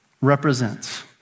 represents